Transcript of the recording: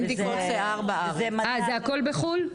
אה זה הכול בחו"ל?